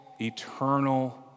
eternal